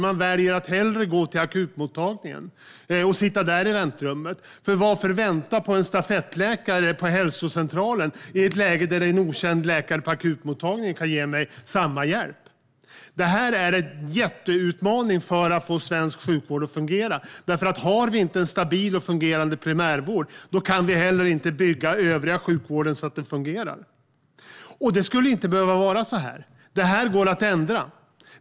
Man väljer därför att hellre gå till akutmottagningen och sitta där i väntrummet. Varför ska man vänta på en stafettläkare på hälsocentralen i ett läge där en okänd läkare på akutmottagningen kan ge mig samma hjälp? Det här är en jättestor utmaning för att man ska få svensk sjukvård att fungera. Om man inte har en stabil och fungerande primärvård kan man inte heller få den övriga sjukvården att fungera. Det skulle inte behöva att vara så här. Det går att förändra.